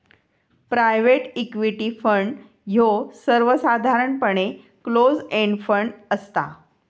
private equity fund ह्यो सर्वसाधारणपणे close end fund असता